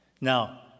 Now